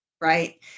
right